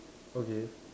okay